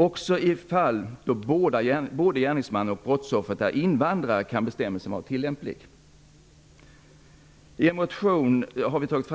Också i de faIl då både gärningsmannen och brottsoffret är invandrare kan bestämmelsen vara tiII I en motion har vi tagit